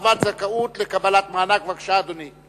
הרחבת זכאות לקבלת מענק) בבקשה, אדוני.